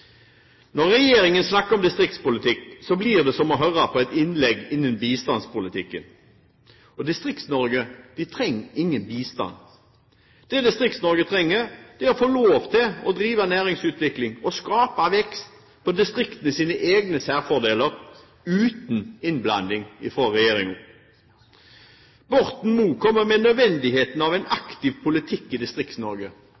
Når regjeringen snakker om distriktspolitikk, blir det som å høre på et innlegg innen bistandspolitikken. Distrikts-Norge trenger ingen bistand. Det Distrikts-Norge trenger, er å få lov til å drive næringsutvikling og skape vekst på distriktenes egne særfordeler uten innblanding fra regjeringen. Borten Moe kommer med nødvendigheten av en